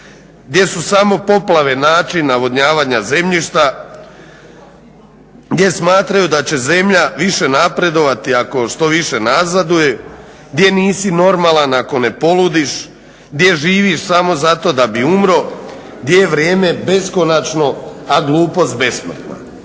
gdje su samo poplave način navodnjavanja zemljišta, gdje smatraju da će zemlja više napredovati ako što više nazaduje, gdje nisi normalna ako ne poludiš, gdje živiš samo zato da bi umro, gdje je vrijeme beskonačno a glupost besmrtna.